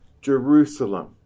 Jerusalem